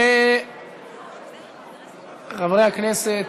חברי הכנסת,